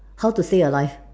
how to stay alive